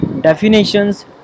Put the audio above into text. Definitions